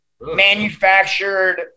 manufactured